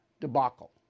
debacle